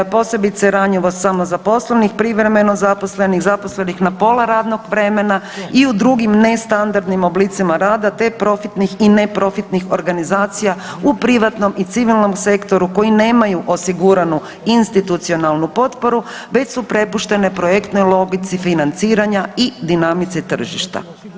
Posebice ranjivost samozaposlenih, privremeno zaposlenih, zaposlenih na pola radnog vremena i u drugim nestandardnim oblicima rada te profitnih i neprofitnih organizacija u privatnom i civilnom sektoru koji nemaju osiguranu institucionalnu potporu već su prepuštene projektnoj logici i dinamici tržišta.